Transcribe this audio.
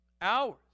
hours